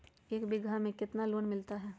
एक बीघा पर कितना लोन मिलता है?